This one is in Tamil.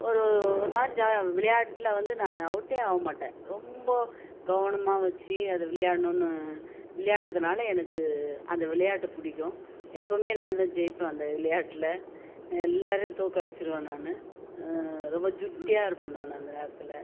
ஒரு ஒரு ஒரு மாதிரி ஜா விளையாட்டில் வந்து நான் அவுட்டே ஆகமாட்டேன் ரொம்ப கவனமாக வச்சு அதை விளையாடணுன்னு விளையாடுறதுனால எனக்கு அந்த விளையாட்டு பிடிக்கும் எப்பவுமே நான் தான் ஜெயிப்பேன் அந்த விளையாட்டில் எல்லாேரையும் தோற்க அடிச்சுருவேன் நான் ரொம்ப ஜுட்டியாக இருப்பேன் நான் அந்த நேரத்தில்